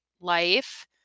life